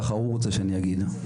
ככה הוא רוצה שאני אגיד.